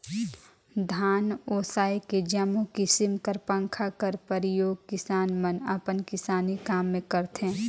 धान ओसाए के जम्मो किसिम कर पंखा कर परियोग किसान मन अपन किसानी काम मे करथे